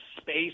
space